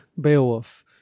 beowulf